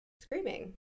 screaming